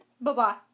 Bye-bye